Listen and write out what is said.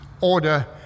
order